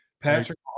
Patrick